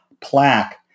plaque